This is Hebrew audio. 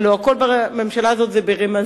הלוא הכול בממשלה הזאת ברמזים,